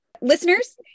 Listeners